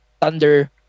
Thunder